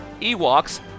Ewoks